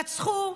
רצחו,